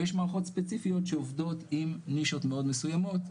ויש מערכות ספציפיות שעובדות עם נישות מאוד מסוימות,